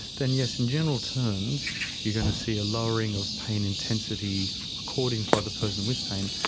then yes, in general terms you're going to see a lowering of pain intensity recordings by the person with pain.